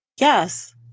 Yes